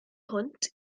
hwnt